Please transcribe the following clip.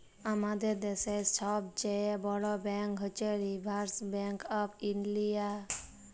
আমাদের দ্যাশের ছব চাঁয়ে বড় ব্যাংক হছে রিসার্ভ ব্যাংক অফ ইলডিয়া